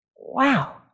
wow